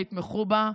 שיתמכו בה.